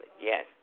yes